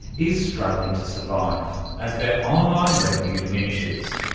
is struggling to survive as their online revenue diminishes.